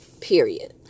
period